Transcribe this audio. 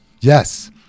Yes